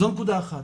זו נקודה אחת.